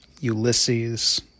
Ulysses